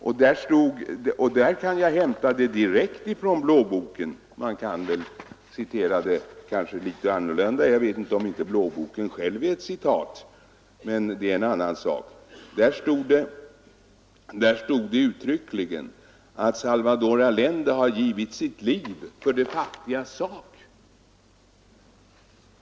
Jag kan hämta formuleringen direkt från blåboken. Man kan kanske referera annorlunda. Jag vet inte om blåboken själv är ett citat, men det är en annan sak. Där stod det uttryckligen att Salvador Allende har givit sitt liv för de fattigas sak.